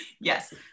Yes